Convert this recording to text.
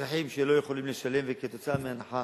אזרחים שלא יכולים לשלם וכתוצאה מהנחה